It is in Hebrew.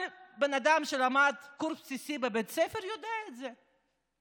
כל בן אדם שלמד קורס בסיסי בבית ספר יודע את זה.